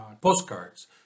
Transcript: postcards